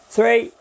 Three